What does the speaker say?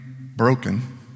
broken